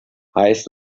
heiß